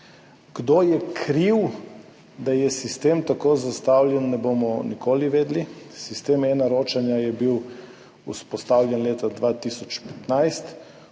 Kdo je kriv, da je sistem tako zastavljen, ne bomo nikoli vedeli. Sistem eNaročanje je bil vzpostavljen leta 2015.